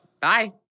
Bye